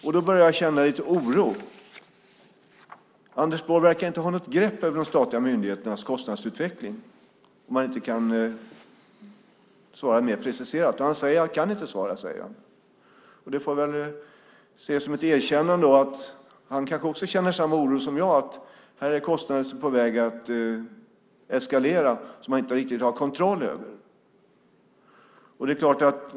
Då börjar jag känna lite oro. Anders Borg verkar inte ha något grepp om de statliga myndigheternas kostnadsutveckling om han inte kan svara mer preciserat. Han säger att han inte kan svara. Det får jag väl se som ett erkännande av att han kanske känner samma oro som jag över att kostnaderna är på väg att eskalera och att han inte riktigt har kontroll över det.